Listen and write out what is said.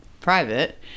private